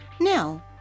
Now